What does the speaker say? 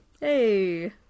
Hey